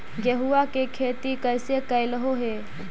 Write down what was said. गेहूआ के खेती कैसे कैलहो हे?